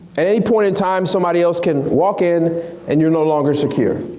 and any point in time, somebody else can walk in and you're no longer secure.